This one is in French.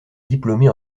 diplômée